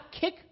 kick